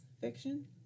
fiction